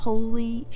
Holy